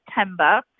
September